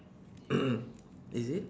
is it